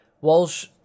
Walsh